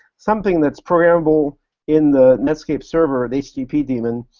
something that's programmable in the netscape server, the http daemon,